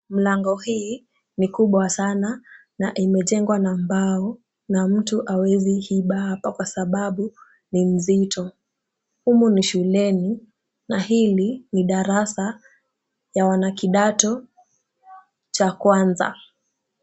Mlango hii ni kubwa sana na imejengwa na mbao na mtu hawezi iba hapa kwa sababu ni mzito. Humu ni shuleni na hili ni darasa la wanakidato cha kwanza.